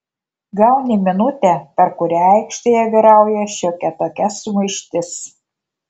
gauni minutę per kurią aikštėje vyrauja šiokia tokia sumaištis